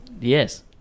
Yes